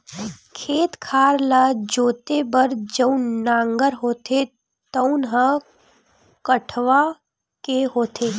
खेत खार ल जोते बर जउन नांगर होथे तउन ह कठवा के होथे